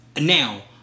now